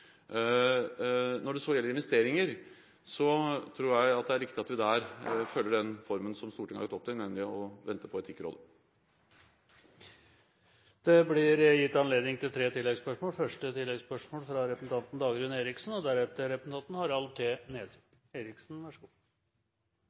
Når det gjelder investeringer, tror jeg at det er riktig at vi følger den formen som Stortinget har lagt opp til, nemlig å vente på Etikkrådet. Det blir gitt anledning til tre oppfølgingsspørsmål – først representanten Dagrun Eriksen. I det første svaret sa statsministeren at det hele tiden dukker opp nye og